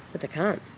but they can't.